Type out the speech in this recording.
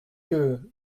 que